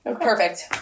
Perfect